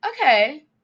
okay